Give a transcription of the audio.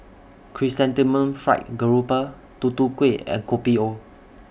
Chrysanthemum Fried Grouper Tutu Kueh and Kopi O